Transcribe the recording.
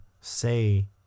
say